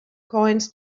coins